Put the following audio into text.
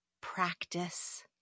practice